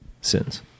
sins